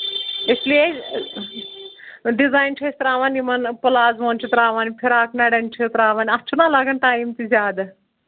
اس لیے ڈِزایِن چھِ أسۍ ترٛاوَان یِمَن پُلازون چھِ ترٛاوان فِراک نَرٮ۪ن چھِ ترٛاوَان اَتھ چھُنا لگان ٹایم تہِ زیادٕ